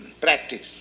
practice